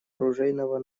оружейного